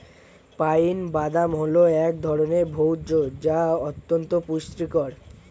pine বাদাম হল এক ধরনের ভোজ্য যা অত্যন্ত পুষ্টিকর